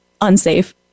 unsafe